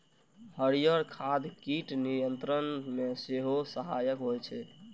हरियर खाद कीट नियंत्रण मे सेहो सहायक होइ छै